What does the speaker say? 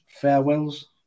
farewells